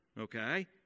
Okay